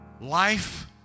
life